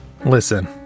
Listen